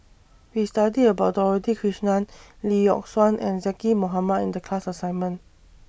We studied about Dorothy Krishnan Lee Yock Suan and Zaqy Mohamad in The class assignment